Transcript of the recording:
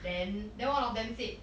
then then one of them said